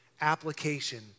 application